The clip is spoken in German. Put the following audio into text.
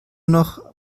noch